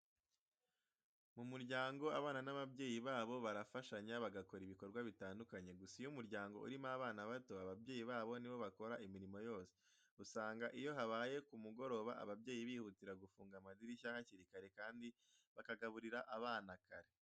Mu muryango abana n'ababyeyi babo barafashanya bagakora ibikorwa bitandukanye gusa iyo umuryango urimo abana bato, ababyeyi babo nibo bakora imirimo yose .Usanga iyo habaye ku mugoroba ababyeyi bihutira gufunga amadirishya hakiri kare kandi bakagaburira abana kare.